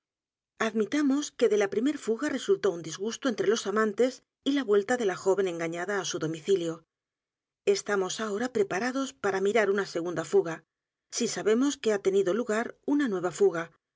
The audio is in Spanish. que de la primer fuga resultó un disgusto entre los amantes y la vuelta de la joven engañada á su domicilio estamos ahora preparados para mirar una segunda fuga si sabemos que ha tenido lugar una nueva fuga